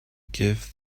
give